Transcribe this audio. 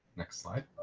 next slide.